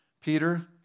Peter